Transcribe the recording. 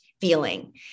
feeling